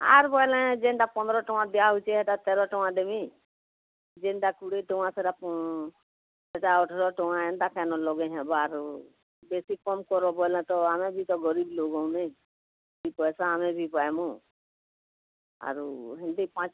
ଆର୍ ବୋଏଲେ ଯେନ୍ତା ପନ୍ଦର ଟଙ୍କା ଦିଆ ହେଉଛେ ହେଟା ତେର ଟଙ୍କା ଦେମି ଯେନ୍ତା କୁଡ଼ିଏ ଟଙ୍କା ସେଟା ସେଟା ଅଠର ଟଙ୍କା ଏନ୍ତା କେନ ଲଗେଇ ହେବା ଆରୁ ବେଶୀ କମ୍ କର ବୋଏଲେ ତ ଆମେ ବି ତ ଗରିବ୍ ଲୋକ୍ ହୁଁ ନେଇଁ ଦୁଇ ପଇସା ଆମେ ବି ପାଇମୁ ଆରୁ ହେନ୍ତି ପାଞ୍ଚ